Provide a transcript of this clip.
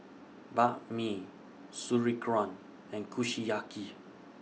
Banh MI Sauerkraut and Kushiyaki